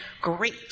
great